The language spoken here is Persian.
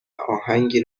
اهنگی